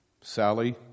Sally